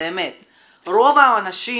רוב האנשים